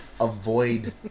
avoid